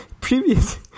Previous